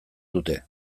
dute